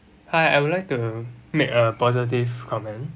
hi I would like to make a positive comments